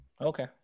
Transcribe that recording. Okay